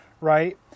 right